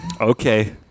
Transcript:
Okay